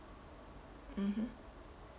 mmhmm